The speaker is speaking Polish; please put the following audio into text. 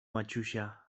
maciusia